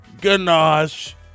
ganache